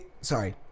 Sorry